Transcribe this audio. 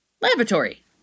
laboratory